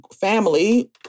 family